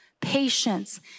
patience